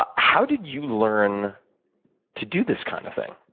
ah how did you learn to do this kind of thing?